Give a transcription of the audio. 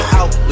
out